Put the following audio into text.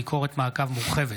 ביקורת מעקב מורחבת,